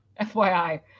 fyi